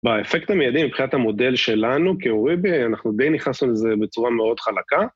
באפקט המיידי מבחינת המודל שלנו כאוריבי, אנחנו די נכנסנו לזה בצורה מאוד חלקה.